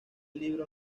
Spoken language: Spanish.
libro